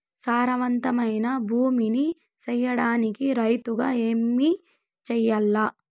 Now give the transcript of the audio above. సారవంతమైన భూమి నీ సేయడానికి రైతుగా ఏమి చెయల్ల?